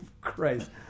Christ